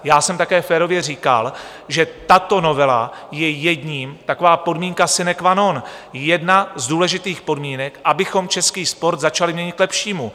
Já jsem také férově říkal, že tato novela je jedním... taková podmínka sine qua non, jedna z důležitých podmínek, abychom český sport začali měnit k lepšímu.